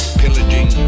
pillaging